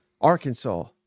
Arkansas